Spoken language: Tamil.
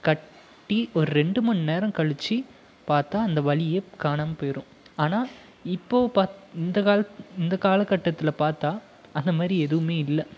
கட்டி ஒரு ரெண்டு மண்நேரம் கழிச்சு பார்த்தா அந்த வலியே காணாமப்போயிரும் ஆனால் இப்போ பா இந்த கால் இந்த காலகட்டத்தில் பார்த்தா அந்தமாதிரி எதுவுமே இல்லை